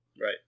Right